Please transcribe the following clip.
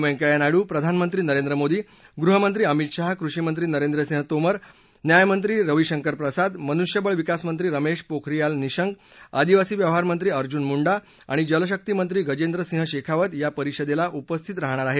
व्यंकय्या नायडू प्रधानमंत्री नरेंद्र मोदी गृहमंत्री अमित शाह कृषीमंत्री नरेंद्र सिंह तोमर न्यायमंत्री रविशंकर प्रसाद मनुष्यबळ विकास मंत्री रमेश पोखरियाल निशंक आदिवासी व्यवहार मंत्री अर्जुन मुंडा आणि जलशकी मंत्री गजेंद्र सिंह शेखावत परिषदेला उपस्थित राहाणार आहे